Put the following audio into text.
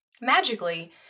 Magically